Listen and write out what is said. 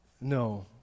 No